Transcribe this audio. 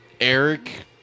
Eric